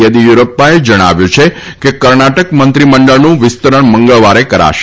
થેદીયુરપ્પાએ જણાવ્યું છે કે કર્ણાટક મંત્રીમંડળનું વિસ્તરણ મંગળવારે કરાશે